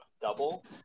double